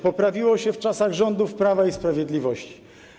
Poprawiło się w czasach rządów Prawa i Sprawiedliwości.